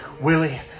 Willie